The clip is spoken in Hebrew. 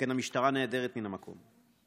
שכן המשטרה נעדרת מן המקום.